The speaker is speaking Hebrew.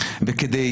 שהם